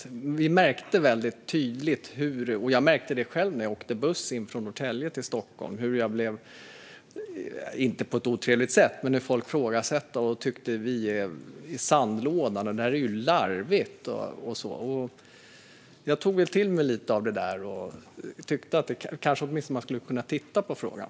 Jag märkte själv väldigt tydligt när jag tog bussen från Norrtälje in till Stockholm hur folk, om än inte på ett otrevligt sätt, ifrågasatte det hela och tyckte att det här var en sandlåda, att det var larvigt. Jag tog till mig lite av det där och tyckte att man åtminstone skulle kunna titta på frågan.